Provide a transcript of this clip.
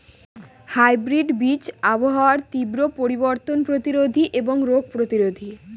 hybrid বীজ আবহাওয়ার তীব্র পরিবর্তন প্রতিরোধী এবং রোগ প্রতিরোধী